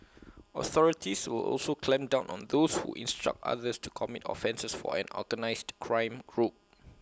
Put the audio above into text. authorities will also clamp down on those who instruct others to commit offences for an organised crime group